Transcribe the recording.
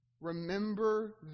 remember